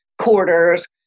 quarters